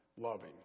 loving